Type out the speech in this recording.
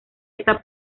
esta